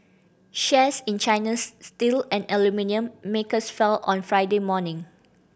shares in China's steel and aluminium makers fell on Friday morning